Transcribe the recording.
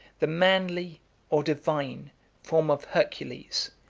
the manly or divine form of hercules,